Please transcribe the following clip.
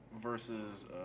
Versus